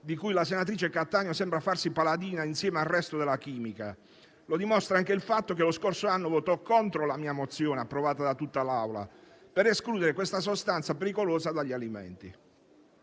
di cui ella sembra farsi paladina, insieme al resto della chimica. Lo dimostra anche il fatto che lo scorso anno votò contro la mia mozione, approvata da tutta l'Assemblea, volta a escludere tale sostanza pericolosa dagli alimenti.